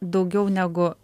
daugiau negu